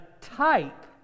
type